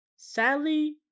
Sadly